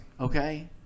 Okay